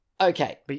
Okay